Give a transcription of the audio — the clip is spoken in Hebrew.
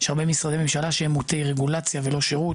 יש הרבה משרדי ממשלה שהם מוטי רגולציה ולא שירות,